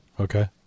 Okay